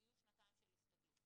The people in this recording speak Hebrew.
עדיין יהיו עם האישורים הזמניים האלה,